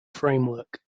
framework